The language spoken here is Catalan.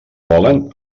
volen